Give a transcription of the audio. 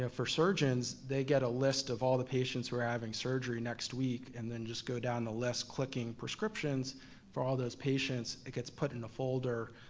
yeah for surgeons, they get a list of all the patients who are having surgery next week, and then just go down the list clicking prescriptions for all those patients, it gets put in a folder,